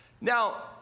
Now